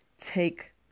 take